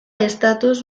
estatus